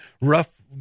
rough